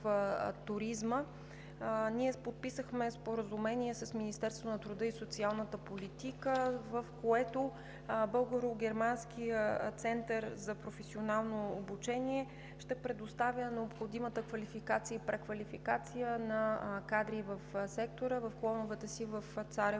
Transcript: туризма, подписахме Споразумение с Министерството на труда и социалната политика, в което Българо-германският център за професионално обучение ще предоставя необходимата квалификация и преквалификация на кадри в сектора – в клоновете си в Царево